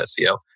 SEO